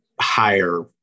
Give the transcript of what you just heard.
higher